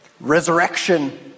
Resurrection